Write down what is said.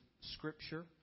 Scripture